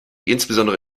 insbesondere